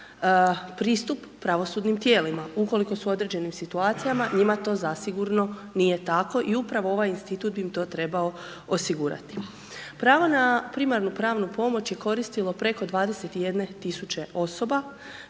pristup pravosudnim tijelima ukoliko su u određenim situacijama, njima to zasigurno nije tako i upravo ovaj institut bi im to trebao osigurati. Pravo na primarnu pravnu pomoć je koristilo preko 21 tisuće osoba